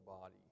body